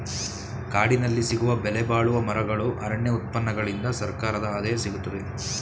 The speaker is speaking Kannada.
ಕಾಡಿನಲ್ಲಿ ಸಿಗುವ ಬೆಲೆಬಾಳುವ ಮರಗಳು, ಅರಣ್ಯ ಉತ್ಪನ್ನಗಳಿಂದ ಸರ್ಕಾರದ ಆದಾಯ ಸಿಗುತ್ತದೆ